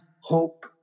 hope